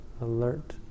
alert